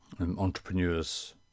entrepreneurs